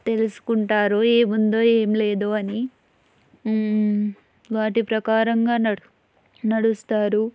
తెలుసుకుంటారు ఏముందో ఏం లేదో అని వాటి ప్రకారంగా నడు నడుస్తారు